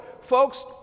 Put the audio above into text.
folks